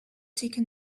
taken